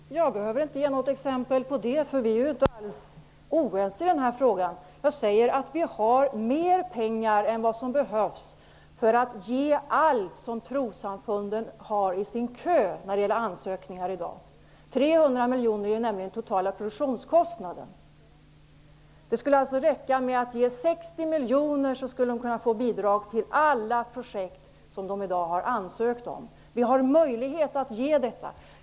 Fru talman! Jag behöver inte ge något exempel på det, för vi är ju inte oense i den frågan. Jag säger att vi har mer pengar än vad som behövs för att tillgodose allt det som trossamfunden har i sin kö av ansökningar i dag. 300 miljoner är nämligen den totala produktionskostnaden. Det skulle alltså räcka med att ge 60 miljoner för att alla projekt som man i dag har ansökt om skulle kunna genomföras. Det finns möjlighet att ge detta.